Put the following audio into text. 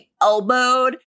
elbowed